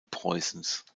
preußens